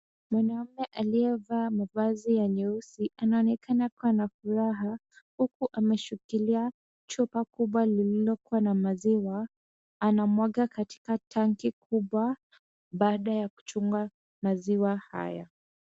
Mwanaume aliyevaa mavazi ya nyeusi anaonekana kuwa na furaha huku akishikilia chupa kubwa lililokuwa na maziwa. Anamwanga kwa tanki kubwa baada ya kuchunga maziwa haya.